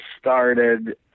started